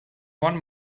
one